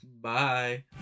Bye